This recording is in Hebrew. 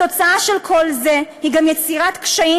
התוצאה של כל זה היא גם יצירת קשיים